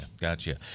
gotcha